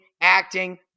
acting